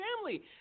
family